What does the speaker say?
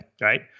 right